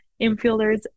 infielders